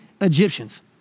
Egyptians